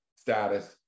status